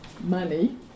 money